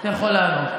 אתה יכול לענות.